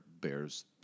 bears